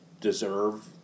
deserve